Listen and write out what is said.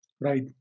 Right